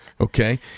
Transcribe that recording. okay